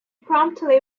promptly